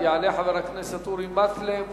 יעלה חבר הכנסת אורי מקלב, ואחריו,